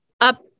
up